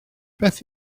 beth